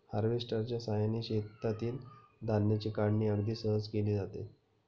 हार्वेस्टरच्या साहाय्याने शेतातील धान्याची काढणी अगदी सहज केली जाते